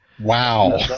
wow